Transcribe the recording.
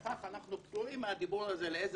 וכך אנחנו פטורים מהדיבור הזה איזה